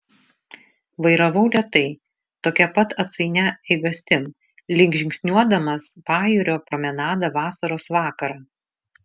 vairavau lėtai tokia pat atsainia eigastim lyg žingsniuodamas pajūrio promenada vasaros vakarą